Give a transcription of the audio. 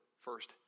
first